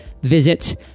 Visit